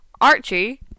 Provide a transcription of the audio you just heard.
Archie